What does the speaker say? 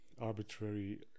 arbitrary